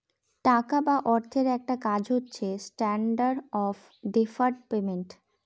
টাকা বা অর্থের একটা কাজ হচ্ছে স্ট্যান্ডার্ড অফ ডেফার্ড পেমেন্ট